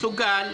מסוגל,